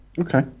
Okay